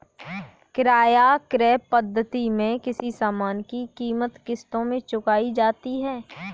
किराया क्रय पद्धति में किसी सामान की कीमत किश्तों में चुकाई जाती है